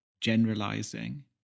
generalizing